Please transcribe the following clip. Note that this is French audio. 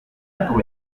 pour